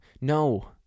No